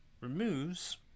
removes